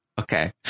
okay